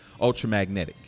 Ultramagnetic